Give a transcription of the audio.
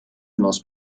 most